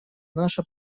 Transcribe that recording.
наша